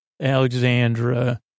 Alexandra